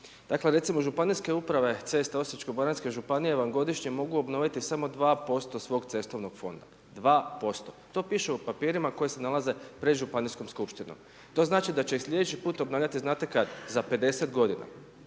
Dakle, recimo županijske uprave, ceste, Osječko baranjske županije, vam godišnje mogu obnoviti, samo 2% svog cestovnog fonda, 2%. To piše u papirima koji se nalaze pred županijskom skupštinom. To znači da će ih slijedeći put obnavljati, znate kada? Za 50 g.